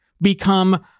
become